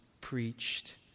preached